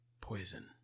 Poison